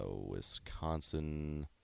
wisconsin